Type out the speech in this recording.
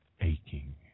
aching